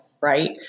right